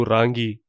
Rangi